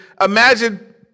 imagine